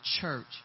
church